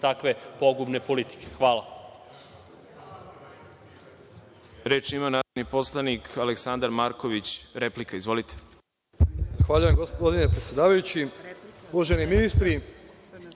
takve pogubne politike. Hvala.